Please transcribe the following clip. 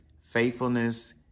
faithfulness